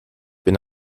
bin